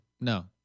No